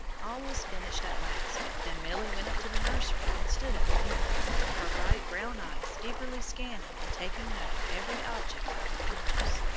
all was finished at last, and milly went up to the nursery and stood at the window, her bright brown eyes eagerly scanning and taking note of every object out of doors.